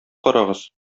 карагыз